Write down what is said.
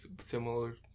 similar